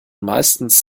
meistens